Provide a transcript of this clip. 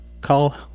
call